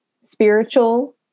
spiritual